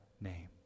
name